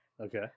Okay